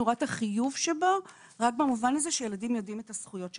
אני רואה את החיוב שבו רק במובן הזה שילדים יודעים את הזכויות שלהם.